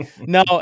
no